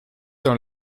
dans